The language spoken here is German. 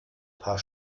paar